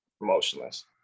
Emotionless